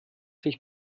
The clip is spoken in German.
sich